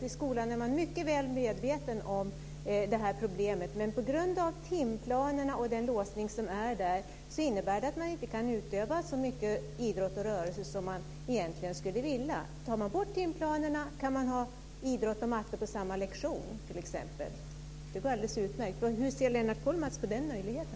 I skolan är man mycket väl medveten om detta problem, men på grund av timplanerna och den låsning som följer med dem så kan man inte utöva så mycket idrott och rörelse som man egentligen skulle vilja. Tar man bort timplanerna kan man ha idrott och matte på samma lektion t.ex. Det går alldeles utmärkt. Hur ser Lennart Kollmats på den möjligheten?